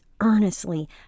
earnestly